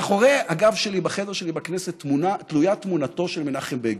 מאחורי הגב שלי בחדר שלי בכנסת תלויה תמונתו של מנחם בגין.